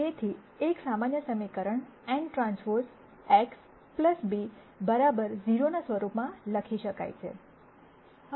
તેથી એક સામાન્ય સમીકરણ nTX b 0 ના સ્વરૂપમાં લખી શકાય છે